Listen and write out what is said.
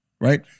Right